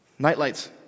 Nightlights